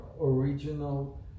original